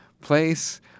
place